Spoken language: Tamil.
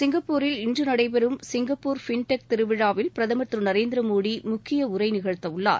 சிங்கப்பூரில் இன்று நடைபெறும் சிங்கப்பூர் ஃபின்டெக் திருவிழாவில் பிரதமர் திரு நரேந்திர மோடி முக்கிய உரை நிகழ்த்த உள்ளார்